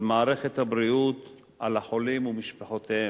על מערכת הבריאות ועל החולים ומשפחותיהם.